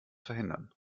verhindern